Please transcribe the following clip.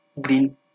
green